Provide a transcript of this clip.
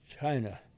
China